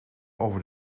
over